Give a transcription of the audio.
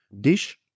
dish